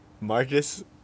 Marcus